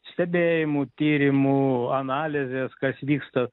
stebėjimų tyrimų analizės kas vyksta